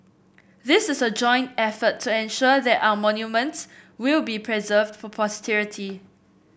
this is a joint effort to ensure that our monuments will be preserved for posterity